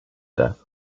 death